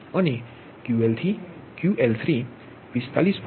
અને QL3 45